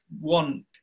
one